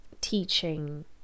teaching